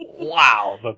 Wow